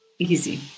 easy